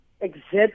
exact